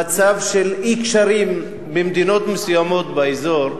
מצב של אי-קשר עם מדינות מסוימות באזור,